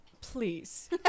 please